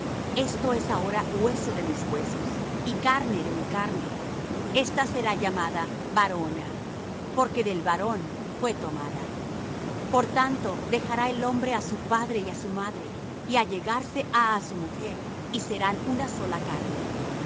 esto es ahora hueso de mis huesos y carne de mi carne ésta será llamada varona porque del varón fué tomada por tanto dejará el hombre á su padre y á su madre y allegarse ha á su mujer y serán una sola carne